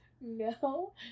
no